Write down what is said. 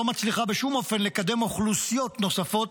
לא מצליחה בשום אופן לקדם אוכלוסיות נוספות,